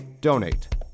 donate